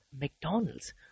McDonald's